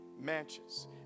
mansions